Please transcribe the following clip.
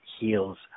heals